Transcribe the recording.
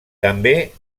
també